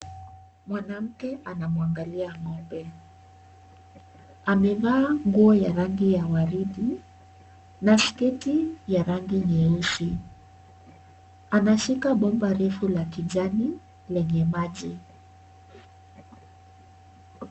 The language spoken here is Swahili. Mwanamke anamwangalia ngo'mbe. amevaa nguo ya rangi ya gwadi na skati ya rangi nyeusi. anashika bomba refu ra kijanii lenye maji.